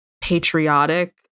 patriotic